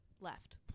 left